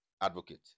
advocate